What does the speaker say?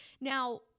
Now